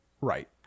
Right